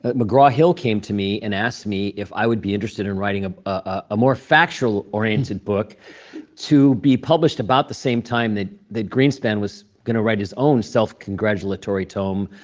ah mcgraw-hill came to me and asked me if i would be interested in writing a ah more factual-oriented book to be published about the same time that that greenspan was going to write his own self-congratulatory tome,